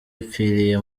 yapfiriye